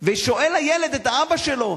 ושואל הילד את אבא שלו: